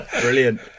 brilliant